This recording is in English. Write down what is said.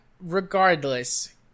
Regardless